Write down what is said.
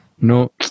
No